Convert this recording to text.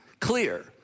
clear